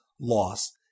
loss